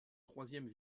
troisième